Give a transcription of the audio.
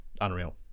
unreal